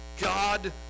God